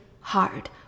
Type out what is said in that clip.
hard